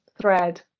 thread